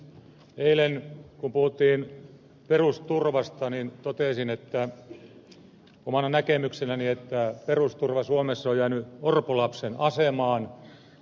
eilen kun puhuttiin perusturvasta totesin omana näkemyksenäni että perusturva suomessa on jäänyt orpolapsen asemaan